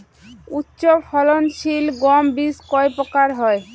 উচ্চ ফলন সিল গম বীজ কয় প্রকার হয়?